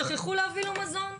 שכחו להביא לו מזון.